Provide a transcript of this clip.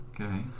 okay